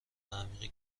عمیقی